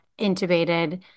intubated